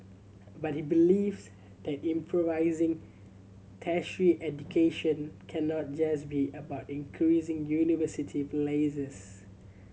but he believes that improvising tertiary education cannot just be about increasing university places